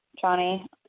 Johnny